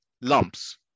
lumps